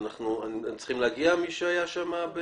הם צריכים להגיע, מי שהיה שם?